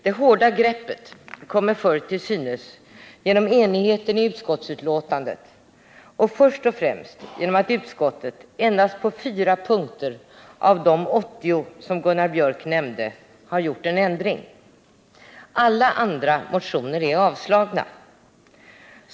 Det hårda greppet kommer till synes genom enigheten i utskottsbetänkandet och först och främst genom att utskottet endast på fyra punkter av de 80 som Gunnar Biörck i Värmdö nämnde har gjort en ändring. Alla andra motioner är avstyrkta.